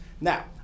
Now